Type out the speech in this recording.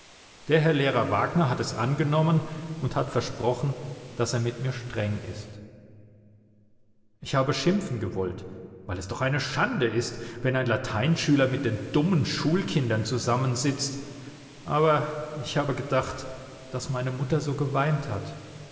der herr lehrer wagner hat es angenommen und hat versprochen daß er mit mir streng ist ich habe schimpfen gewollt weil es doch eine schande ist wenn ein lateinschüler mit den dummen schulkindern zusammensitzt aber ich habe gedacht daß meine mutter so geweint hat